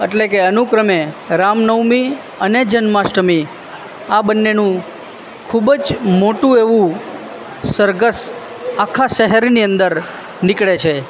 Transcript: એટલે કે અનુક્રમે રામનવમી અને જન્માષ્ટમી આ બંનેનું ખૂબ જ મોટું એવું સરઘસ આખા શહેરની અંદર નીકળે છે